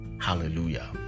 Hallelujah